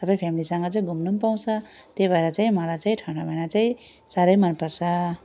सबै फेमिलीसँग चाहिँ घुम्नु पनि पाउँछ त्यही भएर चाहिँ मलाई चाहिँ ठन्डा महिना चाहिँ साह्रै मनपर्छ